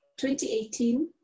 2018